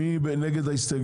מי נגד?